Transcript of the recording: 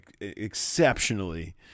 exceptionally